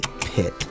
pit